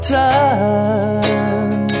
time